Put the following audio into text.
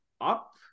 up